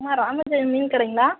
அம்மா ராமஜெயம் மீன் கடைங்களா